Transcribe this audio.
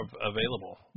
available